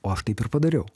o aš taip ir padariau